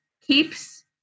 keeps